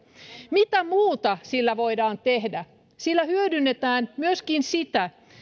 mitä muuta sillä voidaan tehdä sillä hyödynnetään myöskin sitä